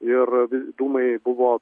ir dūmai buvo